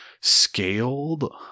scaled